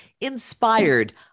Inspired